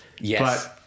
Yes